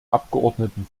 abgeordneten